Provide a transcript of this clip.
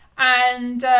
and,